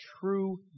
true